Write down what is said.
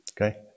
Okay